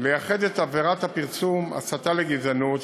לייחד את עבירת פרסום הסתה לגזענות,